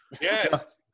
yes